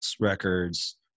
records